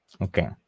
Okay